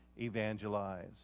evangelize